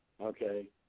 Okay